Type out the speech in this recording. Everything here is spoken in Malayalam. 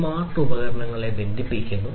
സ്മാർട്ട് ഉപകരണങ്ങൾ ബന്ധിപ്പിക്കും